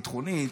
ביטחונית,